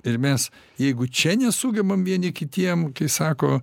ir mes jeigu čia nesugebam vieni kitiem sako